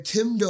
Tim